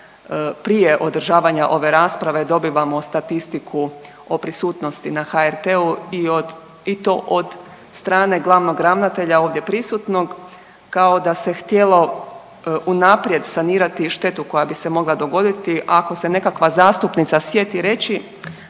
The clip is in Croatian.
prije održavanja ove rasprave dobivamo statistiku o prisutnosti na HRT-u i od, i to od strane glavnog ravnatelja ovdje prisutnog kao da se htjelo unaprijed sanirati štetu koja bi se mogla dogoditi ako se nekakva zastupnica sjeti reći,